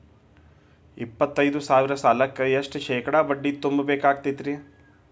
ಎಪ್ಪತ್ತೈದು ಸಾವಿರ ಸಾಲಕ್ಕ ಎಷ್ಟ ಶೇಕಡಾ ಬಡ್ಡಿ ತುಂಬ ಬೇಕಾಕ್ತೈತ್ರಿ?